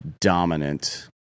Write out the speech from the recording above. dominant